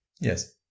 Yes